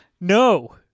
No